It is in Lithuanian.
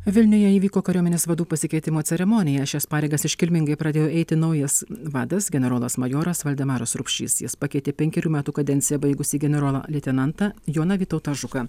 vilniuje įvyko kariuomenės vadų pasikeitimo ceremonija šias pareigas iškilmingai pradėjo eiti naujas vadas generolas majoras valdemaras rupšys jis pakeitė penkerių metų kadenciją baigusį generolą leitenantą joną vytautą žuką